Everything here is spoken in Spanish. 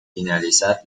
finalizar